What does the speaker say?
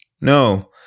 No